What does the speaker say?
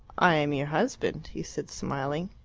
i am your husband, he said, smiling.